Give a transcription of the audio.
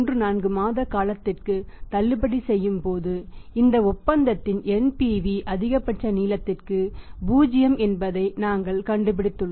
34 மாத காலத்திற்கு தள்ளுபடி செய்யும்போது இந்த ஒப்பந்தத்தின் NPV அதிகபட்ச நீளத்திற்கு 0 என்பதை நாங்கள் கண்டுபிடித்துள்ளோம்